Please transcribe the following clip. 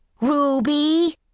Ruby